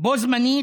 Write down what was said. בו זמנית.